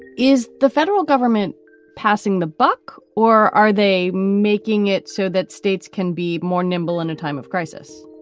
is the federal government passing the buck? or are they making it so that states can be more nimble in a time of crisis?